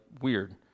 weird